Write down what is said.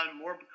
more